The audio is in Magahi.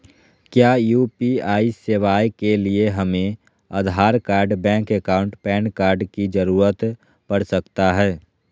क्या यू.पी.आई सेवाएं के लिए हमें Aadhaar card bank account PAN card की जरूरत पड़ सकता है?